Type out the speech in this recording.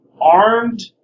armed